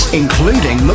including